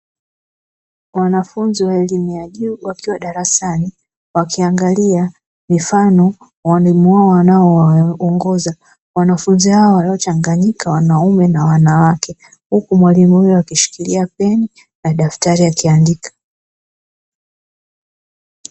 Wanafunzi wa elimu ya juu wakiwa darasani wakiangalia mifano ya walimu wao wanaowaongoza, wanafunzi hao waliochanganyika wanaume na wanawake, huku mwalimu huyo akishikilia peni na daftari akiandika.